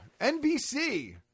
NBC